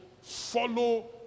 follow